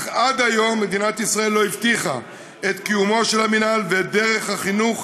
אך עד היום מדינת ישראל לא הבטיחה את קיומו של המינהל ואת דרך החינוך